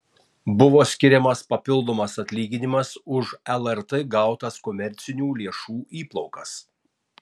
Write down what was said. buvo skiriamas papildomas atlyginimas už lrt gautas komercinių lėšų įplaukas